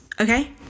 okay